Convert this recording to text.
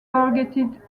targeted